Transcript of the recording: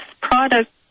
product